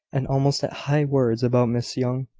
and almost at high words about miss young.